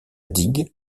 digue